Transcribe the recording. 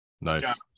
Nice